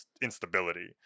instability